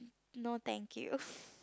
no thank you